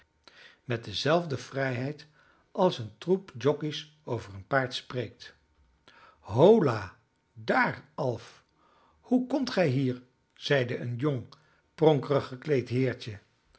met dezelfde vrijheid als een troep jockeys over een paard spreekt holla daar alf hoe komt gij hier zeide een jong pronkerig gekleed heertje